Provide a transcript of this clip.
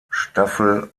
staffel